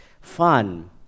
fun